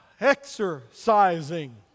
exercising